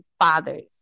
fathers